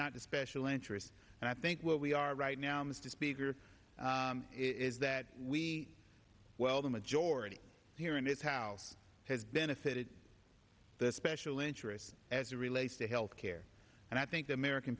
not the special interests and i think what we are right now mr speaker is that we well the majority here in this house has benefited the special interests as it relates to health care and i think the american